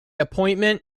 appointment